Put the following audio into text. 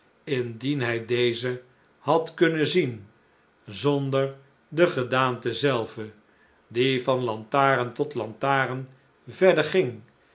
indien hij deze had kunnen zien zonder de gedaante zelve die van lantaren tot lantaren verder ging